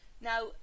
now